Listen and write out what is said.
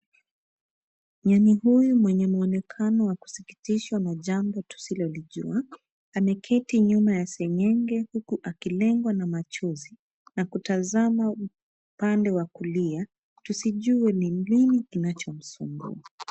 Nyani huyu mwenye muonekano wa kusikitisha wa jambo tusilolijua ameketi nyuma ya sengenge huku akilengwa na machozi na kutazama upande wa kulia tusijue nini kinachimsumbua